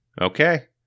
Okay